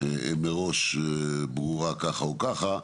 מראש ברורה ככה או ככה,